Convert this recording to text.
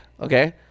okay